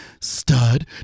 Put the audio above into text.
Stud